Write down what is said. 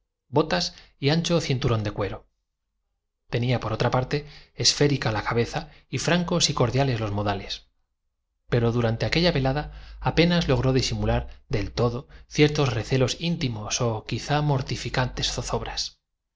ates por otra parte esférica la cabeza y francos y cordiales los modales tadas de gente las caballerizas la puerta principal acababa de ser perp durante aquella velada apenas logró disimular del todo ciertos tan cuidadosamente atrancada que para no hacerlos esperar demasia recelos íntimos o quizá mortificantes zozobras